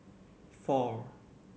four